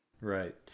right